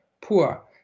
poor